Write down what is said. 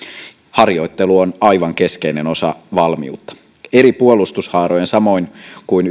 harjoittelu on aivan keskeinen osa valmiutta yhteistoimintakyky eri puolustushaarojen samoin kuin